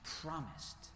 promised